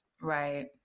Right